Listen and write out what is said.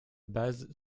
base